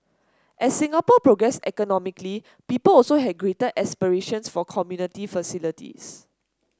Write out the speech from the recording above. as Singapore progressed economically people also had greater aspirations for community facilities